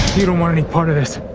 you don't want any part of this